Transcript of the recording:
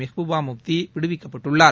Mehbooba Mufti விடுவிக்கப்பட்டுள்ளார்